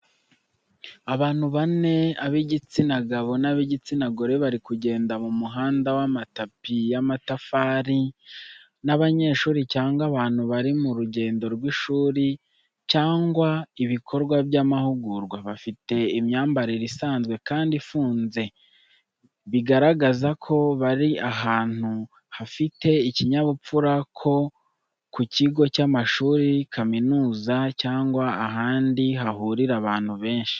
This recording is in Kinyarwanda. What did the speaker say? Abantu bane ab'igitsina gabo n'ab’igitsina gore bari kugenda mu muhanda w’amatapi y'amatafari. Barasa n’abanyeshuri cyangwa abantu bari mu rugendo rw’ishuri cyangwa ibikorwa by’amahugurwa. Bafite imyambarire isanzwe kandi ifunze, bigaragaza ko bari ahantu hafite ikinyabupfura nko ku kigo cy’amashuri kaminuza cyangwa ahandi hahurira abantu benshi.